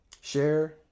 Share